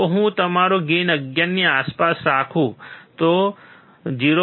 જો હું મારો ગેઇન 11 ની આસપાસ રાખું તો 0